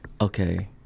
okay